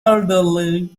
elderly